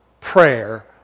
prayer